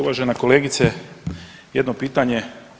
Uvažena kolegice, jedno pitanje.